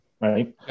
right